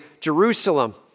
Jerusalem